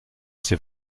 ses